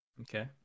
Okay